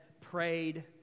prayed